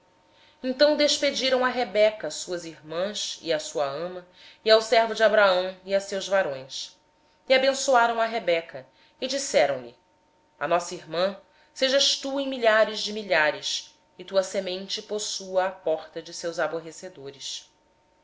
então despediram a rebeca sua irmã e à sua ama e ao servo de abraão e a seus homens e abençoaram a rebeca e disseram-lhe irmã nossa sê tu a mãe de milhares de miríades e possua a tua descendência a porta de seus aborrecedores